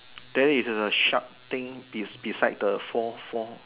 there is a sharp thing be beside the fourth floor